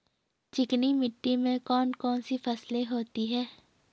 चिकनी मिट्टी में कौन कौन सी फसलें होती हैं?